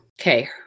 Okay